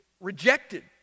rejected